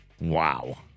Wow